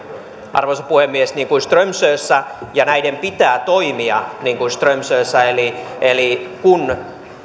arvoisa puhemies strömsössä näiden pitää toimia niin kuin strömsössä eli eli kun